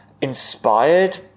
inspired